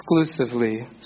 exclusively